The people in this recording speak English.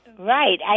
Right